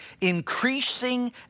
increasing